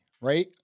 right